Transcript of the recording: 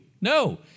no